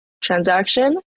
transaction